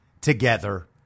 together